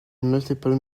multiple